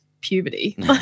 puberty